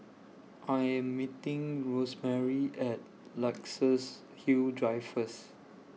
I Am meeting Rosemarie At Luxus Hill Drive First